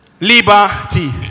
Liberty